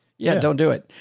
yeah, don't do it.